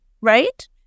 Right